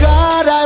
God